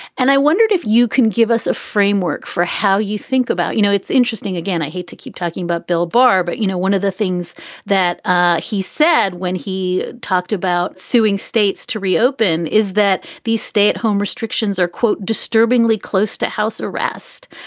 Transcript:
and i wondered if. you can give us a framework for how you think about, you know, it's interesting, again, i hate to keep talking about bill bar, but, you know, one of the things that ah he said when he talked about suing states to reopen is that these stay at home restrictions are, quote, disturbingly close to house arrest.